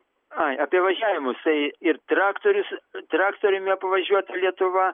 ai apie važiavimus tai ir traktorius traktoriumi apvažiuota lietuva